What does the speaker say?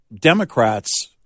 Democrats